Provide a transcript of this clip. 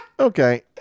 okay